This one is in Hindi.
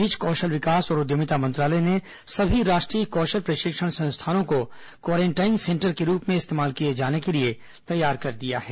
इस बीच कौशल विकास और उद्यमिता मंत्रालय ने सभी राष्ट्रीय कौशल प्रशिक्षण संस्थानों को क्वारेंटाइन के रूप में इस्तेमाल के लिए तैयार कर दिया है